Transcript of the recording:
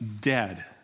dead